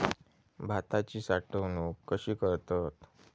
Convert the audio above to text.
भाताची साठवूनक कशी करतत?